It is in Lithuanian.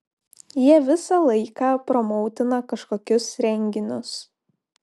jie visą laiką promautina kažkokius renginius